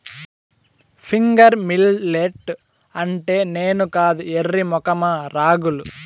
finger millet అంటే నేను కాదు ఎర్రి మొఖమా రాగులు